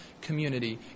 community